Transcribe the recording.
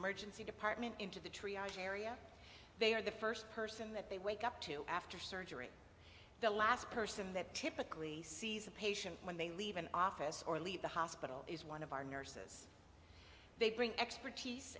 emergency department into the triology area they are the first person that they wake up to after surgery the last person that typically sees a patient when they leave an office or leave the hospital is one of our nurses they bring expertise